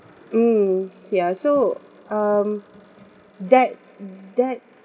mm ya so um that that